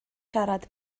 siarad